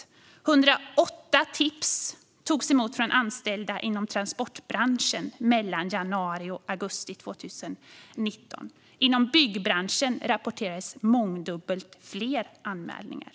108 tips togs emot från anställda inom transportbranschen mellan januari och augusti 2019. Inom byggbranschen rapporterades mångdubbelt fler anmälningar.